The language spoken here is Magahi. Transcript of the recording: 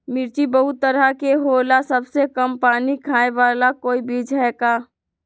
मिर्ची बहुत तरह के होला सबसे कम पानी खाए वाला कोई बीज है का?